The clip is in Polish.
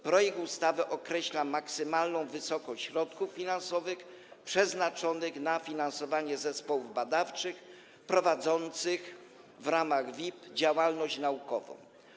Projekt ustawy określa maksymalną wysokość środków finansowych przeznaczonych na finansowanie zespołów badawczych prowadzących w ramach WIB działalność naukową.